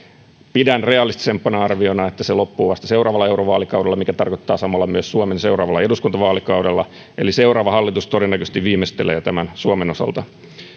pidän realistisempana arviona että se loppuu vasta seuraavalla eurovaalikaudella mikä tarkoittaa samalla myös suomen seuraavaa eduskuntavaalikautta eli seuraava hallitus todennäköisesti viimeistelee suomen osalta